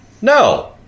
No